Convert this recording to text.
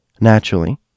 Naturally